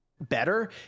better